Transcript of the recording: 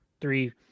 three